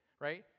right